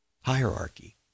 Hierarchy